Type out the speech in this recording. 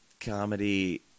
comedy